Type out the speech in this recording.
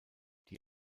die